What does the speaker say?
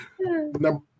number